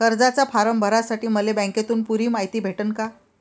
कर्जाचा फारम भरासाठी मले बँकेतून पुरी मायती भेटन का?